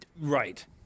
Right